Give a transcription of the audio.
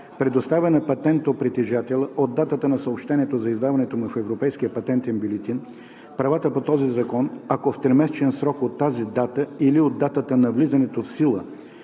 предоставя на патентопритежателя от датата на съобщението за издаването му в европейския патентен бюлетин правата по този закон, ако в тримесечен срок от тази дата или от датата на влизането в сила